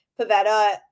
Pavetta